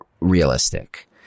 realistic